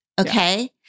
Okay